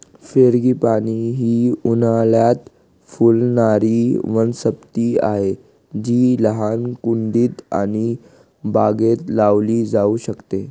frangipani ही उन्हाळयात फुलणारी वनस्पती आहे जी लहान कुंडीत आणि बागेत लावली जाऊ शकते